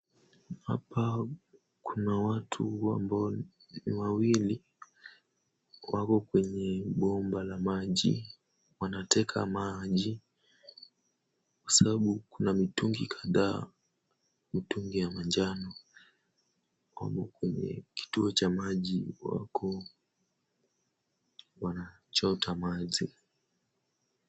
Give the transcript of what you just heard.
Hapa kuna watu ambao ni wawili, wapo kwenye bomba la maji. Wanateka maji, kwa sababu kuna mitungi kadhaa. Mtungi ya manjano. Wamo kwenye kituo cha maji .Wakoo, wanachota maji.